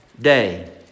day